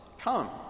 come